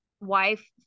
wife